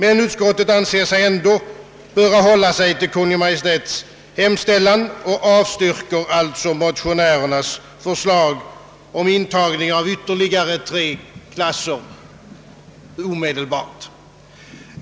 Utskottet anser sig emellertid böra följa Kungl. Maj:ts hemställan och avstyrker därför motionärernas förslag om intagning av ytterligare tre klasser omedelbart.